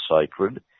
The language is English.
sacred